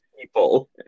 people